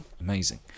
amazing